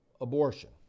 abortion